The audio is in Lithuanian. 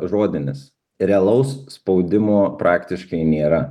žodinis realaus spaudimo praktiškai nėra